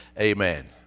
amen